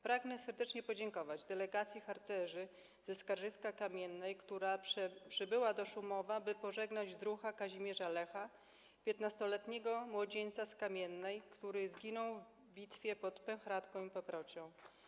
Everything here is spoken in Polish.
Pragnę serdecznie podziękować delegacji harcerzy ze Skarżyska-Kamiennej, która przybyła do Szumowa, by pożegnać druha Kazimierz Lecha, 15-letniego młodzieńca z Kamiennej, który zginał w bitwie pod Pęchratką i Paprocią.